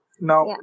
Now